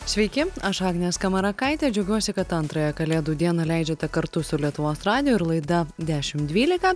sveiki aš agnė skamarakaitė džiaugiuosi kad antrąją kalėdų dieną leidžiate kartu su lietuvos radiju ir laida dešimt dvylika